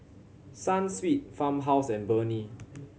Sunsweet Farmhouse and Burnie